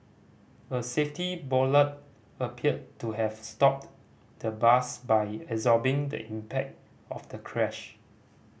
a safety bollard appeared to have stopped the bus by absorbing the impact of the crash